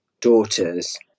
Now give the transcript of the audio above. daughters